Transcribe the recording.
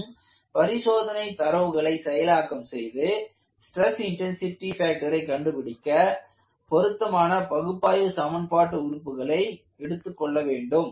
மற்றும் பரிசோதனை தரவுகளை செயலாக்கம் செய்து ஸ்டிரஸ் இன்டன்சிடி ஃபாக்டரை கண்டுபிடிக்க பொருத்தமான பகுப்பாய்வு சமன்பாடு உறுப்புகளை எடுத்துக் கொள்ள வேண்டும்